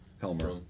Helmer